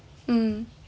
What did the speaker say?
mm